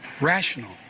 rational